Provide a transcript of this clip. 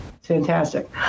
fantastic